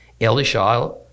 Elisha